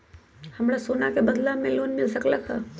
हमरा सोना के बदला में लोन मिल सकलक ह?